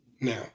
Now